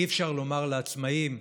אי-אפשר לומר לעצמאים,